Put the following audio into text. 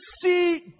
see